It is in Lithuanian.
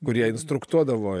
kurie instruktuodavo